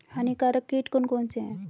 हानिकारक कीट कौन कौन से हैं?